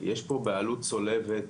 יש פה בעלות צולבת,